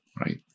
right